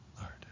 Lord